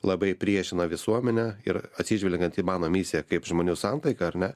labai priešina visuomenę ir atsižvelgiant į mano misiją kaip žmonių santaiką ar ne